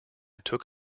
took